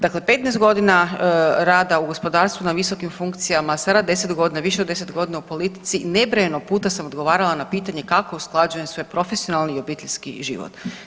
Dakle, 15 godina rada u gospodarstvu na visokim funkcijama, sada 10 godina, više od 10 godina u politici i nebrojeno puta sam odgovarala na pitanje kako usklađujem svoj profesionalni i obiteljski život.